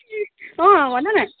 भनन्